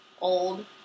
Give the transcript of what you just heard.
old